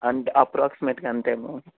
అంటే అప్రాక్సిమేట్గా అంతే మ్యామ్